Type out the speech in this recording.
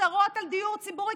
הצהרות על דיור ציבורי,